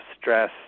stress